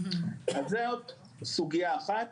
זו סוגיה אחת.